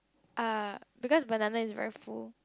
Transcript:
uh because banana is very full